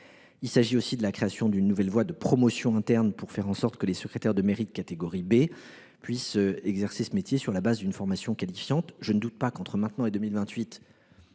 Je pense aussi à la création d’une nouvelle voie de promotion interne pour faire en sorte que les secrétaires de mairie de catégorie B puissent exercer ce métier sur la base d’une formation qualifiante. Monsieur le sénateur,